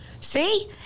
See